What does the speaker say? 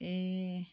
ए